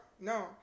no